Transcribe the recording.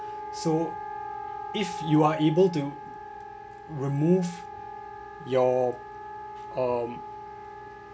so if you are able to remove your um